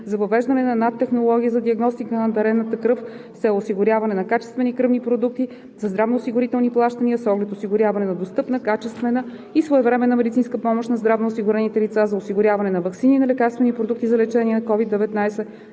за въвеждане на NAT технология за диагностика на дарената кръв с цел осигуряване на качествени кръвни продукти, за здравноосигурителни плащания с оглед осигуряване на достъпна, качествена и своевременна медицинска помощ на здравноосигурените лица, за осигуряване на ваксини и на лекарствени продукти за лечение на COVID-19,